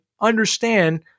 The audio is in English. understand